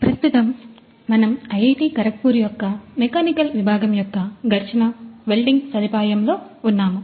ప్రస్తుతం మనం ఐఐటి ఖరగ్పూర్ యొక్క మెకానికల్ విభాగము యొక్క ఘర్షణ వెల్డింగ్ సదుపాయం లో ఉన్నాము